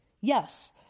yes